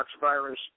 virus